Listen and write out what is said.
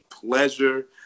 pleasure